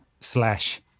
slash